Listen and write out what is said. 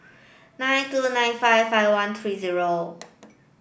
nine two nine five five one three zero